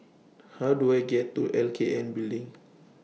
How Do I get to L K N Building